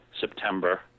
September